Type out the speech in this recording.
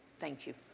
thank you.